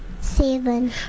Seven